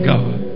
God